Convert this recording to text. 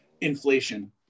inflation